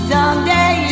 Someday